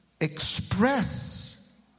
Express